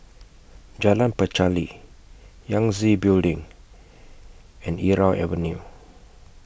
Jalan Pacheli Yangtze Building and Irau Avenue